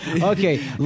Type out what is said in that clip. Okay